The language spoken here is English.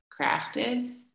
crafted